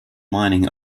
mining